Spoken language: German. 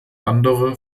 andere